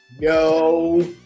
Yo